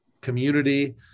community